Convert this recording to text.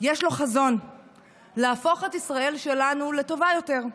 יש לו חזון להפוך את ישראל שלנו לטובה יותר.